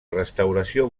restauració